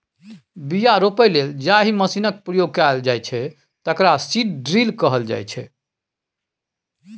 बीया रोपय लेल जाहि मशीनक प्रयोग कएल जाइ छै तकरा सीड ड्रील कहल जाइ छै